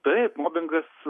taip mobingas